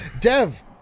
Dev